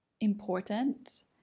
important